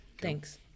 Thanks